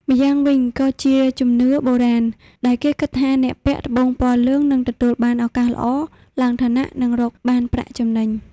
ម្យ៉ាងវិញក៏ជាជំនឿបុរាណ ដែលគេគិតថាអ្នកពាក់ត្បូងពណ៌លឿងនឹងទទួលបានឱកាសល្អ ឡើងឋានៈ និងរកបានប្រាក់ចំណេញ។